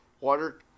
Water